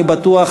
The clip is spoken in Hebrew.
אני בטוח,